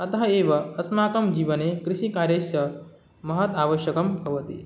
अतः एव अस्माकं जीवने कृषिकार्यं महत् आवश्यकं भवति